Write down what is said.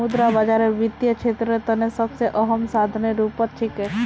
मुद्रा बाजार वित्तीय क्षेत्रेर तने सबसे अहम साधनेर रूपत छिके